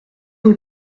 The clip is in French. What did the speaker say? rue